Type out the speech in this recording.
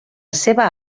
seva